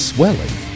Swelling